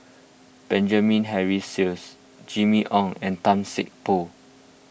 Benjamin Henry Sheares Jimmy Ong and Tan Seng Poh